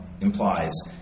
implies